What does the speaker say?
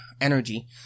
energy